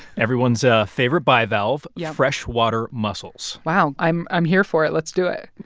everyone's ah favorite bivalve. yeah. freshwater mussels wow. i'm i'm here for it. let's do it